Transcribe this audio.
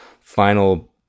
final